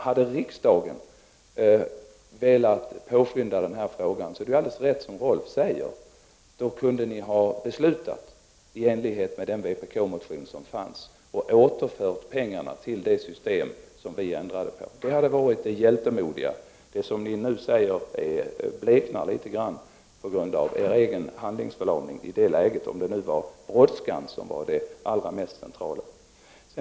Hade riksdagen velat påskynda denna fråga, är det alldeles rätt som Rolf L Nilson säger: då kunde ni ha beslutat i enlighet med den vpk-motion som fanns och återfört pengarna till det system som vi ändrade på. Det hade varit att visa hjältemod. Det som ni nu säger förbleknar litet grand mot bakgrund av er handlingsförlamning i det läget, om nu brådskan var det mest centrala.